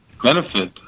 benefit